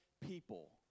people